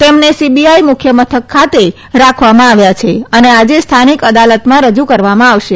તેમને સીબીઆઈ મુખ્યમથક ખાતે રાખવામાં આવ્યા છે અને આજે સ્થાનિક અદાલતમાં રજુ કરવામાં આવશે